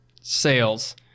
sales